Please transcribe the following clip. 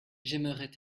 j’aimerais